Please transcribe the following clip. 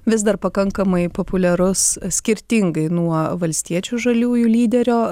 vis dar pakankamai populiarus skirtingai nuo valstiečių ir žaliųjų lyderio